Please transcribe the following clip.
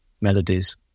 melodies